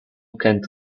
kent